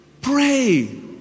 Pray